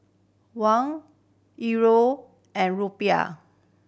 Won Euro and Rupiah